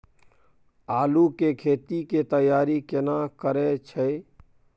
आलू के खेती के तैयारी केना करै छै?